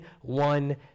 one